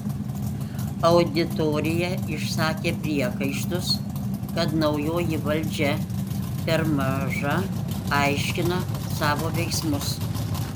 auditorija išsakė priekaištus kad naujoji valdžia per maža aiškina savo veiksmus